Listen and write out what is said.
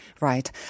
Right